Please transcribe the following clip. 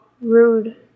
rude